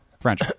French